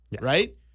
right